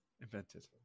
Invented